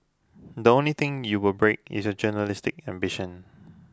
the only thing you will break is your journalistic ambition